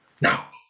Now